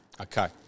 Okay